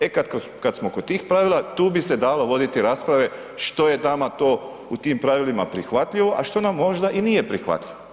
E kad smo kod tih pravila tu bi se dalo voditi rasprave što je nama to u tim pravilima prihvatljivo a što nam možda i nije prihvatljivoj.